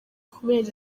kubera